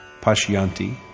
Pashyanti